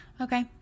Okay